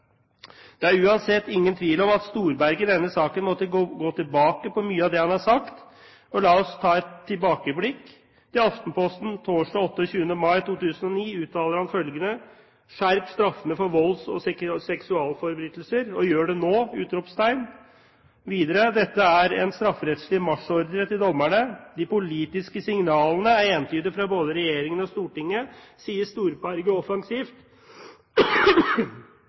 Det er uansett ingen tvil om at Storberget i denne saken må gå tilbake på mye av det han har sagt. La oss ta et tilbakeblikk. Til Aftenposten torsdag 28. mai 2009 uttalte han følgende: «Skjerp straffene for volds- og seksualforbrytelser. Og gjør det – nå!» Videre står det: «Dette er en strafferettslig marsjordre til dommerne. De politiske signalene er entydige fra både Regjeringen og Stortinget, sier Storberget offensivt»